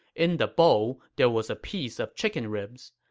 in the bowl, there was a piece of chicken ribs,